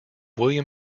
william